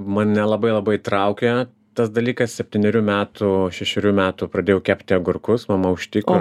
mane labai labai traukia tas dalykas septynerių metų šešerių metų pradėjau kepti agurkus mama užtiko